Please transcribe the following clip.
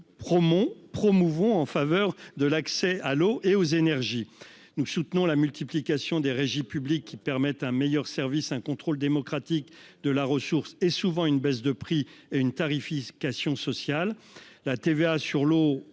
nous promouvons en faveur de l'accès à l'eau et aux énergies. Nous soutenons la multiplication des régies publiques, qui permettent un meilleur service, un contrôle démocratique de la ressource et, souvent, une baisse de prix ainsi qu'une tarification sociale.